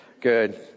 Good